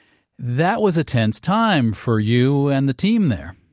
that was a tense time for you and the team there?